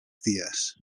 dies